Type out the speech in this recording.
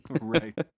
Right